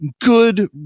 good